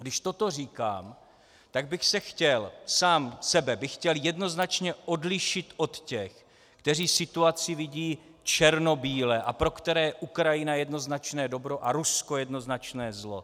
Když toto říkám, tak sám sebe bych chtěl jednoznačně odlišit od těch, kteří situaci vidí černobíle a pro které je Ukrajina jednoznačné dobro a Rusko jednoznačné zlo.